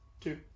Two